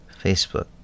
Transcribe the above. Facebook